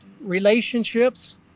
relationships